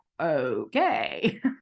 okay